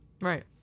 Right